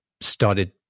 started